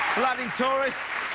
bloody tourist.